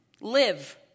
Live